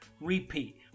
repeat